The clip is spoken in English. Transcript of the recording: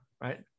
Right